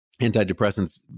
antidepressants